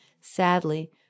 Sadly